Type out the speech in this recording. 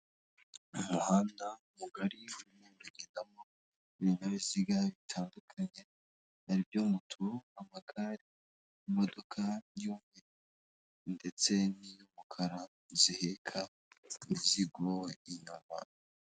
Umuhanda mugari, urimo kugendamo ibinyabiziga bitandukanye, aribyo moto, amagare n'imodoka y'umweru ndetse n'iy'umukara, ziheka imizigo inyuma.